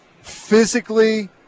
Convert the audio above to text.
physically